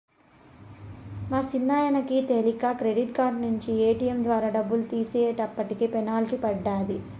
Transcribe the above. మా సిన్నాయనకి తెలీక క్రెడిట్ కార్డు నించి ఏటియం ద్వారా డబ్బులు తీసేటప్పటికి పెనల్టీ పడ్డాది